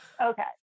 Okay